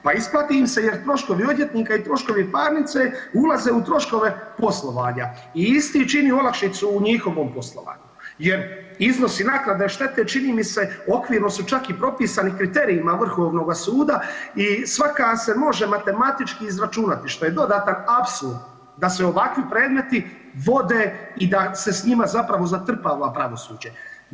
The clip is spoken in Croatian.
Pa isplati im se jer troškovi odvjetnika i troškovi parnice ulaze u troškove poslovanja i isti čini olakšicu u njihovom poslovanju jer iznosi naknade štete čini mi se okvirno su čak i propisani kriterijima Vrhovnoga suda i svaka se može matematički izračunati što je dodatan apsurd da se ovakvi predmeti vode i da se s njima zapravo zatrpava pravosuđe.